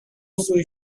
سویت